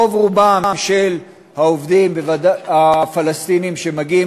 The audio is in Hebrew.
רוב-רובם של העובדים הפלסטינים שמגיעים